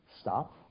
stop